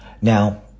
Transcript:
Now